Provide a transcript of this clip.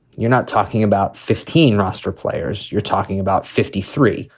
you're not talking about fifteen roster players, you're talking about fifty three.